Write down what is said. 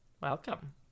welcome